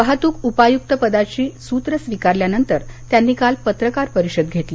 वाहतूक उपयूक्त पदाची सूत्र स्विकारल्यावर त्यांनी काल पत्रकार परिषद घेतली